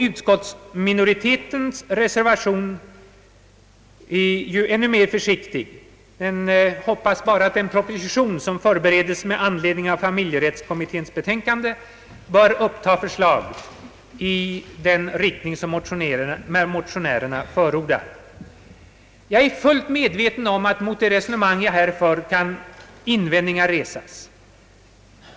Utskottsminoritetens reservation är ju ännu försiktigare — reservanterna hoppas bara att den proposition, som förberedes med anledning av familjerättskommitténs betänkande, skall uppta förslag i den riktning som motionärerna förordar. Jag är fullt medveten om att invändningar kan resas mot det resonemang jag här för.